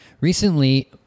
Recently